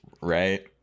Right